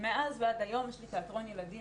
ומאז ועד היום יש לי תיאטרון ילדים